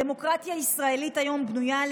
הדמוקרטיה הישראלית היום בנויה על